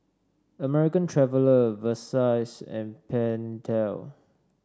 American Traveller Versace and Pentel